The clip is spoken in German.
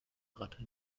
ratte